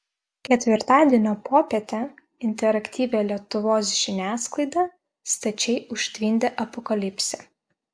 ketvirtadienio popietę interaktyvią lietuvos žiniasklaidą stačiai užtvindė apokalipsė